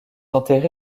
enterré